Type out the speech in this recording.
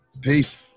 Peace